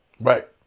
Right